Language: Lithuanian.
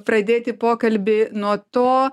pradėti pokalbį nuo to